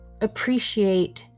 appreciate